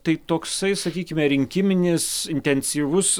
tai toksai sakykime rinkiminis intensyvus